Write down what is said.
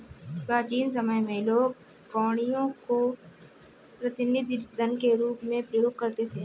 प्राचीन समय में लोग कौड़ियों को प्रतिनिधि धन के रूप में प्रयोग करते थे